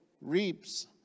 reaps